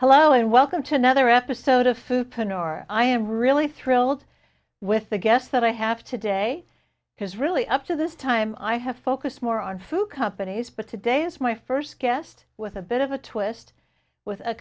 hello and welcome to another episode of food penner i am really thrilled with the guests that i have today because really up to this time i have focused more on food companies but today's my first guest with a bit of a twist w